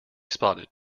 spotted